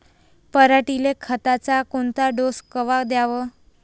पऱ्हाटीले खताचा कोनचा डोस कवा द्याव?